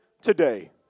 today